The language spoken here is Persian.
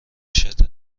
شدت